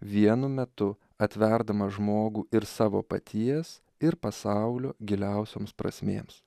vienu metu atverdamas žmogų ir savo paties ir pasaulio giliausioms prasmėms